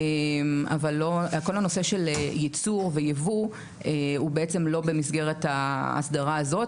כל הנושא של ייצור וייבוא הוא בעצם לא במסגרת ההסדרה הזאת.